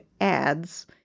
ads